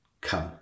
come